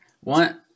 One